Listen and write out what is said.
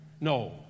No